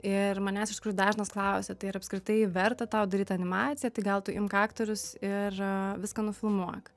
ir manęs iš tikrųjų dažnas klausia tai ar apskritai verta tau daryt animaciją tai gal tu imk aktorius ir viską nufilmuok